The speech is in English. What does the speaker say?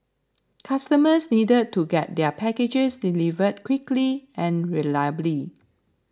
customers needed to get their packages delivered quickly and reliably